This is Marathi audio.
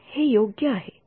तर हे योग्य आहे